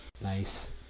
Nice